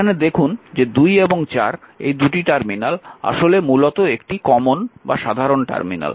এখানে দেখুন যে 2 এবং 4 এই 2টি টার্মিনাল আসলে মূলত একটি সাধারণ টার্মিনাল